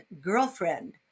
girlfriend